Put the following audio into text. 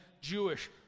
Jewish